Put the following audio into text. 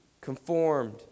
conformed